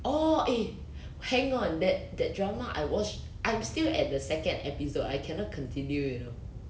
orh eh hang on that that drama I watched I'm still at the second episode I cannot continue eh you know